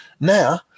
Now